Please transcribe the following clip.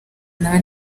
nawe